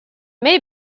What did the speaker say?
may